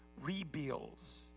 rebuilds